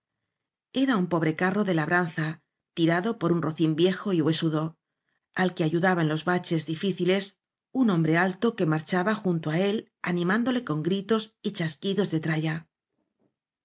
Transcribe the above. era un pobre carro de labranza tirado por un rocín viejo y huesudo al que ayudaba en los baches difíciles un hombre alto que mar chaba junto á él animándole con gritos y chas quidos de tralla